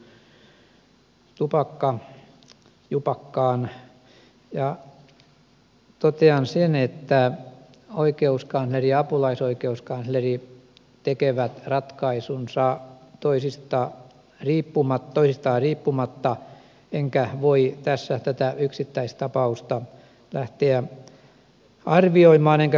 totean sen että oikeuskansleri ja apulaisoikeuskansleri tekevät ratkaisunsa toisistaan riippumatta enkä voi tässä tätä yksittäistapausta lähteä arvioimaan enkä kommentoimaan